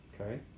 okay